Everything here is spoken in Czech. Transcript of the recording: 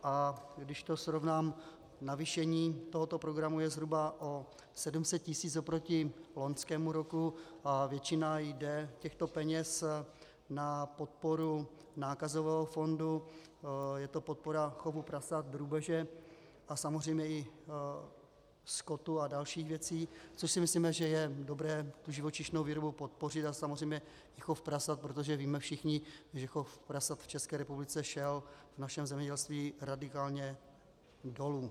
A když to srovnám, navýšení tohoto programu je zhruba o 700 tisíc oproti loňskému roku a většina těchto peněz jde na podporu nákazového fondu, je to podpora chovu prasat, drůbeže a samozřejmě i skotu a dalších věcí, což si myslíme, že je dobré živočišnou výrobu podpořit, a samozřejmě i chov prasat, protože víme všichni, že chov prasat v České republice šel v našem zemědělství radikálně dolů.